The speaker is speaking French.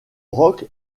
rock